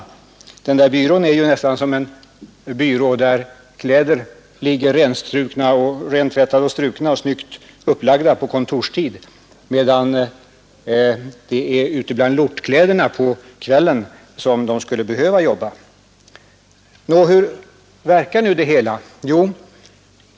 Dagstjänsten på en byrå är ju nästan jämförbar med en byråmöbel där kläder ligger rentvättade, strukna och snyggt upplagda, medan det är ute bland lortkläderna och på kvällarna man skulle behöva jobba.